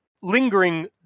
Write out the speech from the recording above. lingering